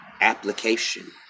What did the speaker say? application